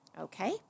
Okay